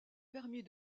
permis